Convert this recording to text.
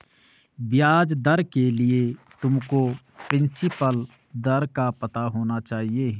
ब्याज दर के लिए तुमको प्रिंसिपल दर का पता होना चाहिए